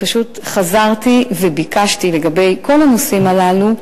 פשוט חזרתי וביקשתי שייעשה מאמץ לגבי כל הנושאים הללו,